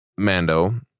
Mando